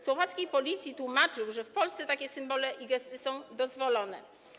Słowackiej policji tłumaczył, że w Polsce takie symbole i gesty są dozwolone.